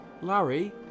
Larry